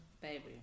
Baby